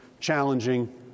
challenging